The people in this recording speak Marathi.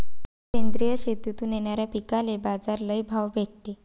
सेंद्रिय शेतीतून येनाऱ्या पिकांले बाजार लई भाव भेटते